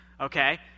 Okay